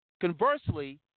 Conversely